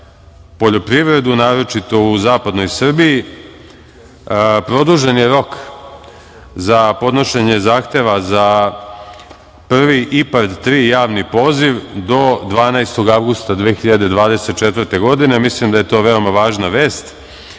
poljoprivredu, naročito u zapadnoj Srbiji. Produžen je rok za podnošenje zahteva za prvi IPARD 3 javni poziv do 12. avgusta 2024. godine. Mislim da je to veoma važna vest.